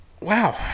Wow